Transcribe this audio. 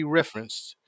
referenced